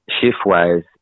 shift-wise